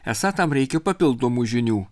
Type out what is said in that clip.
esą tam reikia papildomų žinių